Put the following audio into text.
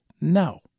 No